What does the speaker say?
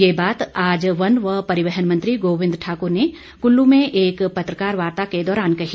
ये बात आज वन व परिवहन मंत्री गोविंद ठाकुर ने कुल्लू में एक पत्रकार वार्ता के दौरान कही